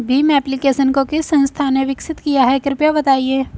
Bhim application को किस संस्था ने विकसित किया है कृपया बताइए?